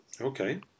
okay